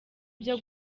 byo